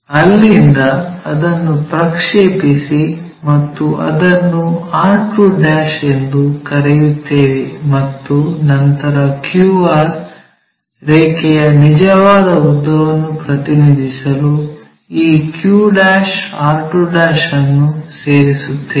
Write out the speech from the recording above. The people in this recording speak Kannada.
ಅಲ್ಲಿಂದ ಅದನ್ನು ಪ್ರಕ್ಷೇಪಿಸಿ ಮತ್ತು ಅದನ್ನು r2' ಎಂದು ಕರೆಯುತ್ತೇವೆ ಮತ್ತು ನಂತರ QR ರೇಖೆಯ ನಿಜವಾದ ಉದ್ದವನ್ನು ಪ್ರತಿನಿಧಿಸಲು ಈ q r2 ಅನ್ನು ಸೇರಿಸುತ್ತೇವೆ